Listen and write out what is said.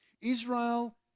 Israel